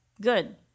good